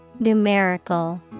numerical